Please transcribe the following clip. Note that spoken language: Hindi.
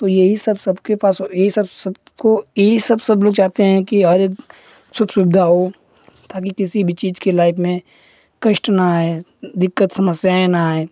तो यही सब सबके पास यही सब सबको यही सब सब लोग चाहते हैं कि हर सुख सुविधा हो ताकि किसी भी चीज़ की लाइफ़ में कष्ट न आए दिक्कत समस्याएँ न आएँ